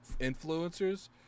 influencers